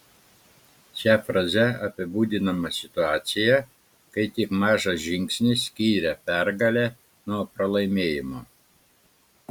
šia fraze apibūdinama situacija kai tik mažas žingsnis skiria pergalę nuo pralaimėjimo